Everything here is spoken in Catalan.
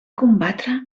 combatre